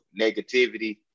negativity